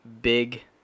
big